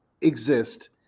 exist